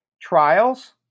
trials